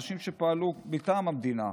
אנשים שפעלו מטעם המדינה,